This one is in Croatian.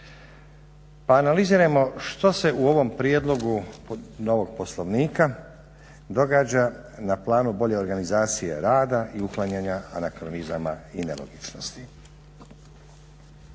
Pa analizirajmo što se u ovom prijedlogu novog Poslovnika događa na planu bolje organizacije rada i uklanjanja anakronizama i nelogičnosti.